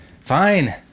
Fine